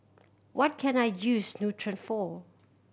what can I use Nutren for